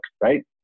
Right